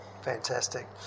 Fantastic